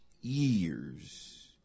years